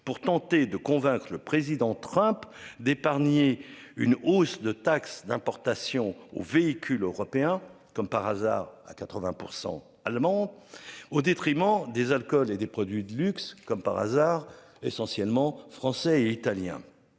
pour tenter de convaincre le président Trump d'épargner une hausse de taxes d'importation aux véhicules européens comme par hasard à 80% allemand au détriment des alcools et des produits de luxe, comme par hasard essentiellement français et italiens.